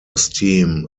esteem